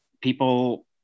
people